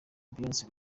beyonce